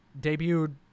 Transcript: debuted